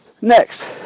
Next